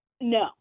No